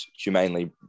humanely